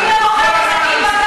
מחוות, רק מחוות.